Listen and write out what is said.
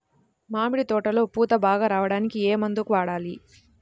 మామిడి తోటలో పూత బాగా రావడానికి ఏ మందు వాడాలి?